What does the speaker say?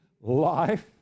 life